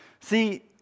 See